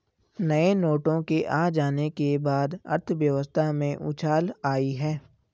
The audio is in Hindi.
नए नोटों के आ जाने के बाद अर्थव्यवस्था में उछाल आयी है